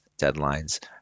deadlines